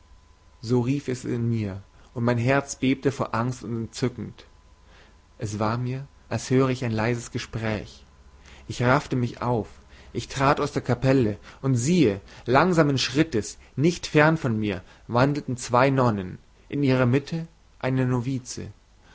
so rief es in mir und mein herz bebte vor angst und entzücken es war mir als höre ich ein leises gespräch ich raffte mich auf ich trat aus der kapelle und siehe langsamen schrittes nicht fern von mir wandelten zwei nonnen in ihrer mitte eine novize